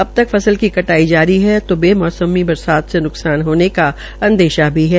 अब तक फसल की कटाई जारी है तो बे मौसमी बरसात से न्कसान होने का अंदेशा है